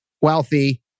wealthy